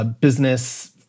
business